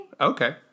okay